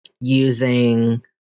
using